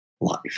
life